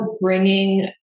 bringing